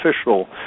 official